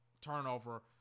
turnover